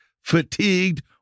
fatigued